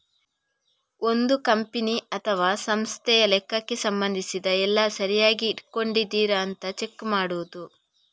ಒಂದು ಕಂಪನಿ ಅಥವಾ ಸಂಸ್ಥೆಯ ಲೆಕ್ಕಕ್ಕೆ ಸಂಬಂಧಿಸಿದ ಎಲ್ಲ ಸರಿಯಾಗಿ ಇಟ್ಕೊಂಡಿದರಾ ಅಂತ ಚೆಕ್ ಮಾಡುದು